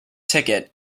ticket